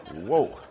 Whoa